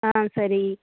ஆ சரி